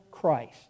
Christ